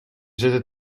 zitten